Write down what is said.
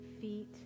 feet